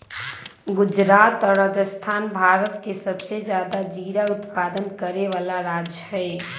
गुजरात और राजस्थान भारत के सबसे ज्यादा जीरा उत्पादन करे वाला राज्य हई